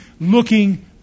looking